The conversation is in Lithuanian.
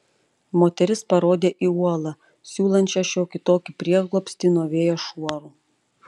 moteris parodė į uolą siūlančią šiokį tokį prieglobstį nuo vėjo šuorų